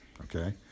okay